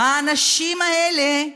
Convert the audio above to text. האנשים האלה,